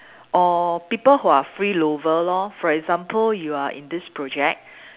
or people who are freeloader lor for example you are in this project